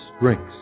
drinks